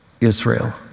Israel